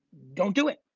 don't do it.